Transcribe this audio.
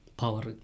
power